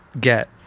get